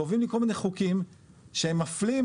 קובעים לי כל מיני חוקים שהם מפלים,